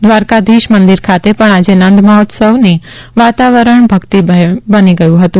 દ્વારકાધીશ મંદિર ખાતે પણ આજે નંદ મહોત્સવથી વાતાવરણ ભક્તિમય બની ગયું હતું